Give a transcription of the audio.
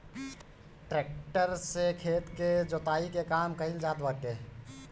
tractor से खेत के जोताई के काम कइल जात बाटे